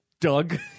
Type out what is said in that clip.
Doug